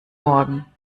morgen